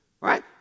Right